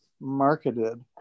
marketed